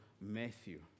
Matthew